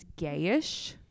gayish